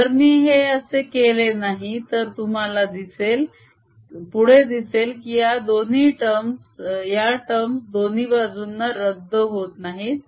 जर मी असे केले नाही तर तुम्हाला पुढे दिसेल की या टर्म्स दोन्ही बाजूंना रद्द होत नाहीत